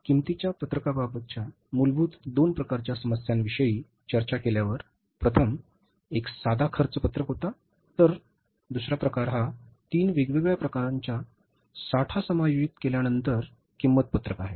किमतीच्या पत्रकाबाबतच्या मूलभूत दोन प्रकारच्या समस्यांविषयी चर्चा केल्यावर प्रथम एक साधा खर्च पत्रक होता तर दुसरा प्रकार हा तीन वेगवेगळ्या प्रकारच्या साठा समायोजित केल्यानंतर किंमत पत्रक आहे